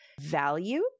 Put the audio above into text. value